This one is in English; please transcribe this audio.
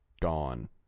gone